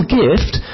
gift